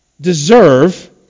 deserve